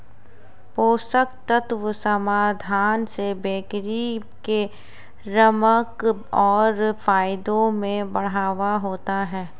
पोषक तत्व समाधान से बिक्री के रकम और फायदों में बढ़ावा होता है